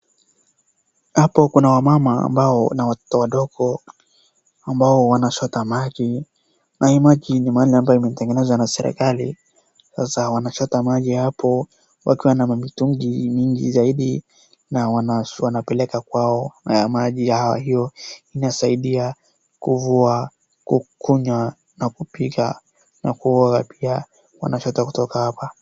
Hapa kuna wamama ambao na watoto wadogo ambao wanachota maji. Na hii maji ni maji ambayo imetengenezwa na serikali, sasa wanachota maji hapo wakiwa na mamitungi mingi zaidi na wanapeleka kwao. Haya maji hiyo inasaidia kufua, kunywa na kupika na kuoga pia, wanachota kutoka hapa.